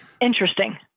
Interesting